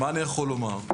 מה אני יכול לומר?